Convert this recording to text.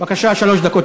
בבקשה, שלוש דקות.